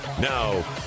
Now